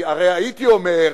כי הרי הייתי אומר,